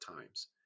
times